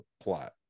plot